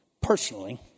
personally